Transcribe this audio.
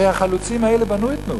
הרי החלוצים האלה בנו את "תנובה",